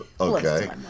Okay